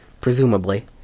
Presumably